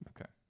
Okay